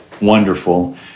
wonderful